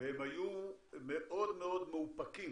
והם היו מאוד מאוד מאופקים,